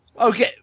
Okay